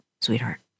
sweetheart